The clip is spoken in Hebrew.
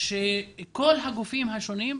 שכל הגופים שונים יחד.